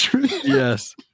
Yes